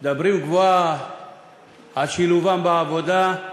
מדברים גבוהה על שילובם בעבודה,